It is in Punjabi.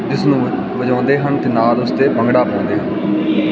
ਜਿਸਨੂੰ ਵਜਾਉਂਦੇ ਹਨ ਅਤੇ ਨਾਲ ਉਸਦੇ ਭੰਗੜਾ ਪਾਉਂਦੇ ਹਨ